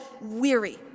weary